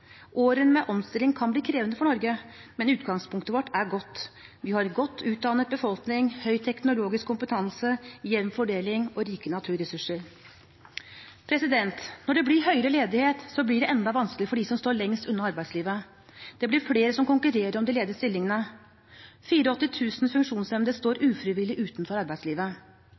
Årene med omstilling kan bli krevende for Norge, men utgangspunktet vårt er godt. Vi har en godt utdannet befolkning, høy teknologisk kompetanse, jevn fordeling og rike naturressurser. Når det blir høyere ledighet, blir det enda vanskeligere for dem som står lengst unna arbeidslivet. Det blir flere som konkurrerer om de ledige stillingene. 84 000 funksjonshemmede står